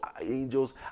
angels